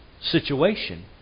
situation